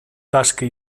tasca